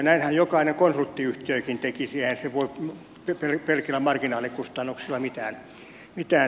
näinhän jokainen konsulttiyhtiökin tekisi eihän se voi pelkillä marginaalikustannuksilla mitään tehdä